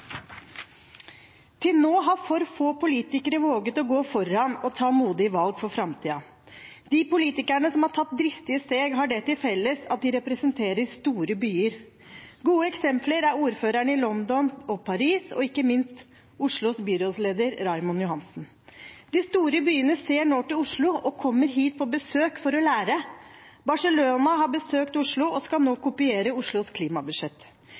Til nå har for få politikere våget å gå foran og ta modige valg for framtiden. De politikerne som har tatt dristige steg, har det til felles at de representerer store byer. Gode eksempler er ordførerne i London og Paris og ikke minst Oslos byrådsleder, Raymond Johansen. De store byene ser nå til Oslo og kommer hit på besøk for å lære. Barcelona har besøkt Oslo og skal nå kopiere Oslos klimabudsjett.